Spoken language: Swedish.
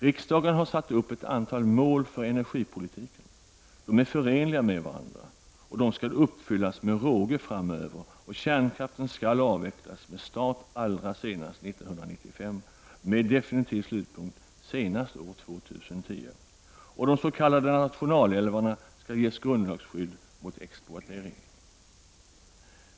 Riksdagen har satt upp ett antal mål för energipolitiken. De är förenliga med varandra. De skall uppfyllas med råge framöver, och kärnkraften skall avvecklas med start allra senast år 1995 och med definitiv slutpunkt senast år 2010. De s.k. nationalälvarna skall ges grundlagsskydd mot exploatering.